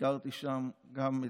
ביקרתי שם גם את,